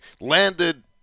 landed